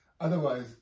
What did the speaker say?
Otherwise